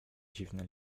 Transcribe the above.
dziwny